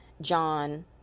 John